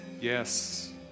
Yes